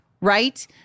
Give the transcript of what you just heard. Right